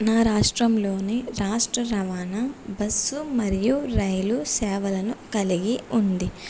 నా రాష్ట్రంలోని రాష్ట్ర రవాణా బస్సు మరియు రైలు సేవలను కలిగి ఉంది